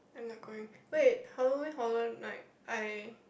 oh-my-god wait Halloween horror night I